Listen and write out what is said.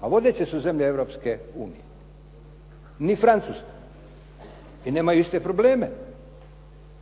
a vodeće su zemlje Europske unije, ni Francuska i nemaju iste probleme